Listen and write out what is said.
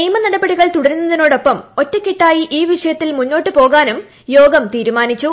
നിയമ നടപട്ടികൾ തുടരുന്നതിനൊപ്പം ഒറ്റക്കെട്ടായി ഈ വിഷയത്തിൽ മുന്നോട്ടുപോകാനും യോഗം തീരുമാനിച്ചു